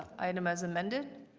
item as amended.